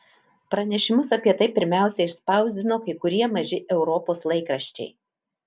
pranešimus apie tai pirmiausia išspausdino kai kurie maži europos laikraščiai